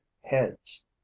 heads